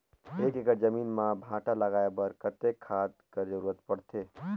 एक एकड़ जमीन म भांटा लगाय बर कतेक खाद कर जरूरत पड़थे?